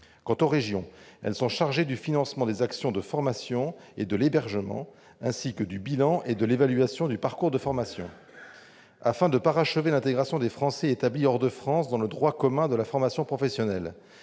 Quant aux régions, elles sont chargées du financement des actions de formation et de l'hébergement, ainsi que du bilan et de l'évaluation du parcours de formation. Afin de parachever l'intégration des Français établis hors de France dans le droit commun de la formation professionnelle,